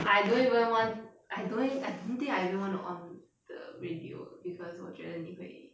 I don't even want I don't think I don't think I even want to on the radio because 我觉得你会